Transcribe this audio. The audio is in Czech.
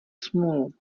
smůlu